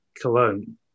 Cologne